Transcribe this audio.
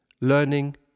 learning